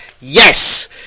Yes